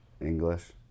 English